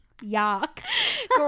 Yuck